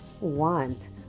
Want